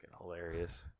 hilarious